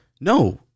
no